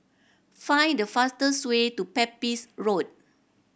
find the fastest way to Pepys Road